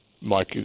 Mike